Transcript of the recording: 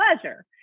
pleasure